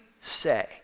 say